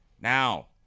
now